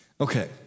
Okay